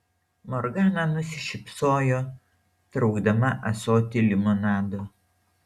morgana nusišypsojo traukdama ąsotį limonado